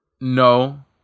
no